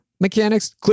mechanics